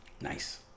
Nice